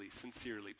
sincerely